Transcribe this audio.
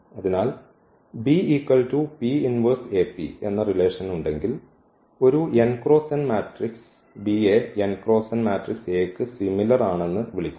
അതിനാൽ എന്ന റിലേഷൻ ഉണ്ടെങ്കിൽ ഒരു n cross n matrix B യെ n cross n matrix A ക്ക് സിമിലർ ആണെന്ന് വിളിക്കുന്നു